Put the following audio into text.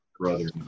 brother